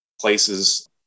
places